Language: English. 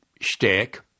shtick